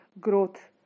growth